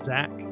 Zach